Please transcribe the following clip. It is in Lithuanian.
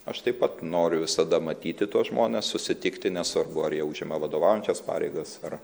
aš taip pat noriu visada matyti tuos žmones susitikti nesvarbu ar jie užima vadovaujančias pareigas ar